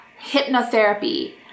hypnotherapy